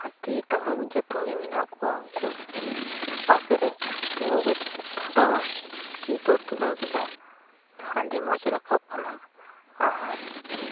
ᱦᱟᱹᱛᱤ ᱛᱟᱹᱨᱩᱵ ᱡᱚᱛᱚᱜᱮ ᱢᱮᱱᱟᱜ ᱠᱚᱣᱟ ᱯᱟᱥᱮᱨᱮ ᱛᱤᱸᱜᱩ ᱠᱟᱛᱮᱫ ᱯᱷᱳᱴᱳ ᱪᱤᱛᱟᱹᱨ ᱛᱩᱞᱟᱹᱣ ᱠᱮᱫᱟ ᱟᱹᱰᱤ ᱢᱚᱸᱡᱽ ᱨᱟᱠᱟᱵ ᱟᱠᱟᱱᱟ ᱟᱨ